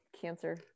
cancer